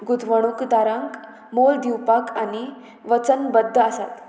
गुंतवणूकदारांक मोल दिवपाक आनी वचनबध्द आसात